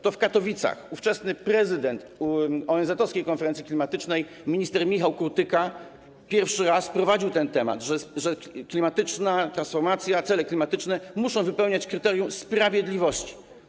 To w Katowicach ówczesny prezydent ONZ-owskiej konferencji klimatycznej minister Michał Kurtyka pierwszy raz poruszył, wprowadził ten temat, że klimatyczna transformacja, cele klimatyczne muszą wypełniać kryterium sprawiedliwości.